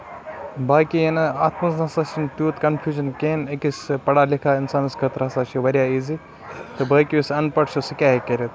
باقین اَتھ منٛز ہسا چھِ تیوٗت کَنفیوجن کیٚنہہ أکِس پَڑا لِکھ اِنسانَس خٲطرٕ ہسا چھُ واریاہ ایزی تہٕ باقٕے یُس اَن پَڑ چھُ سُہ کیاہ ہیٚکہِ کٔرِتھ